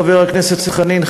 חבר הכנסת חנין,